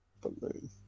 balloon